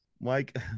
mike